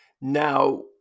now